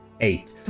eight